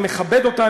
אני מכבד אותה,